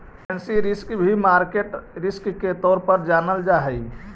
currency risk भी market risk के तौर पर जानल जा हई